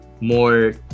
more